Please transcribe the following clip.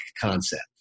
concept